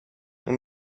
اون